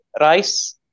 rice